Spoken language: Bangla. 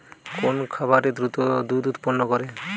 কোন খাকারে দ্রুত দুধ উৎপন্ন করে?